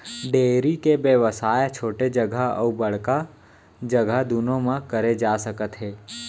dairy के बेवसाय ह छोटे जघा अउ बड़का जघा दुनों म करे जा सकत हे